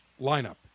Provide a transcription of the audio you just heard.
lineup